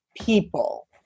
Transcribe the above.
people